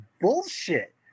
bullshit